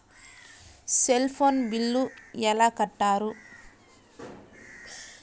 Cell phone bill ఎలా కట్టారు?